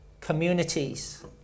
communities